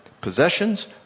possessions